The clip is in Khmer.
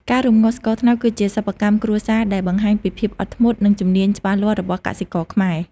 ការរំងាស់ស្ករត្នោតគឺជាសិប្បកម្មគ្រួសារដែលបង្ហាញពីភាពអត់ធ្មត់ និងជំនាញច្បាស់លាស់របស់កសិករខ្មែរ។